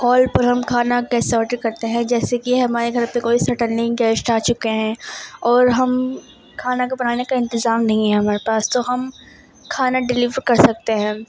کال پر ہم کھانا کیسے آرڈر کرتے ہیں جیسے کہ ہمارے گھر پر کوئی سڈنلی گیسٹ آ چکے ہیں اور ہم کھانا کو بنانے کا انتظام نہیں ہے ہمارے پاس تو ہم کھانا ڈلیور کر سکتے ہیں